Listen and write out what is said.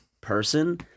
person